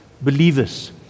believers